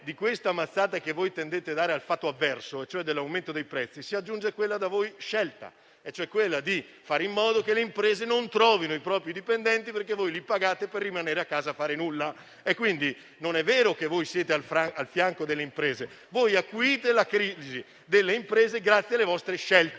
di questa mazzata che voi intendete dare al fato avverso, cioè all'aumento dei prezzi, si aggiunge quella da voi scelta, cioè di fare in modo che le imprese non trovino dipendenti, perché voi li pagate per rimanere a casa a non fare nulla. Non è quindi vero che siete a fianco delle imprese. Voi acuite la loro crisi con le vostre scelte